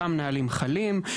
אותם נהלים חלים,